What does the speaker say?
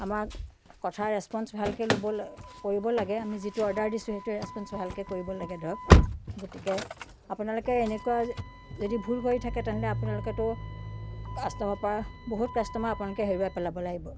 আমাক কথাৰ ৰেছপ'ঞ্চ ভালকৈ ল'ব লা কৰিব লাগে আমি যিটো অৰ্ডাৰ দিছো সেইটোৱে ৰেছপ'ঞ্চ ভালকৈ কৰিব লাগে ধৰক গতিকে আপোনালোকে এনেকুৱা যদি ভুল কৰি থাকে তেনেহ'লে আপোনালোকেতো কাষ্ট'মাৰৰ পৰা বহুত কাষ্ট'মাৰ আপোনালোকে হেৰুৱাই পেলাব লাগিব